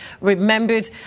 remembered